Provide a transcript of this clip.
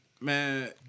Man